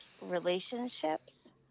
relationships